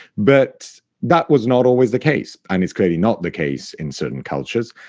but that was not always the case, and it's clearly not the case in certain cultures,